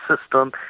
system